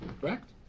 Correct